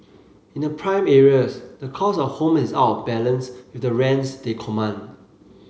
in the prime areas the cost of home is out balance the rents they command